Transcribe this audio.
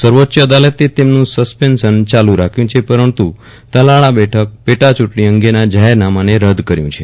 સર્વોચ્ચ અદાલતે તેમનું સસ્પેનશન ચાલુ રાખ્યું છે પરંતુ તાલાળા બેઠક પેટાચૂંટણી અંગેના જાહેરનામાને રદ કર્યું છે